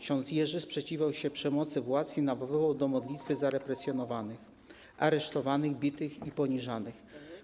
Ks. Jerzy sprzeciwiał się przemocy władz i nawoływał do modlitwy za represjonowanych, aresztowanych, bitych i poniżanych.